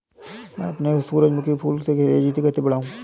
मैं अपने सूरजमुखी के फूल को तेजी से कैसे बढाऊं?